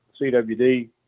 CWD